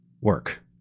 work